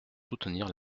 soutenir